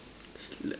I sleep